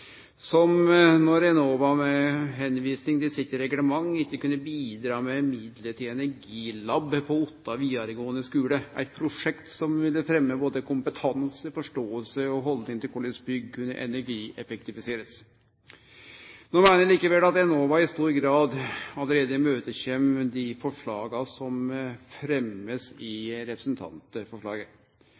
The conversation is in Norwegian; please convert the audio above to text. som når Enova, med å vise til sitt reglement, ikkje kunne bidra med midlar til energilab på Otta vidaregåande skule, eit prosjekt som ville fremje både kompetanse, forståing og haldningar med omsyn til korleis bygg kunne energieffektiviserast. No meiner eg likevel at Enova i stor grad allereie er imøtekomande når det gjeld dei forslaga som